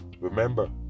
Remember